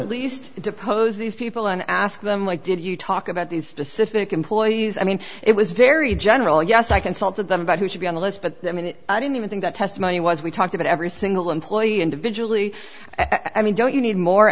at least depose these people and ask them why did you talk about these specific employees i mean it was very general yes i consulted them about who should be on the list but i mean i didn't even think that testimony was we talked about every single employee individually as i mean don't you need more